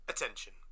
Attention